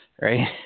right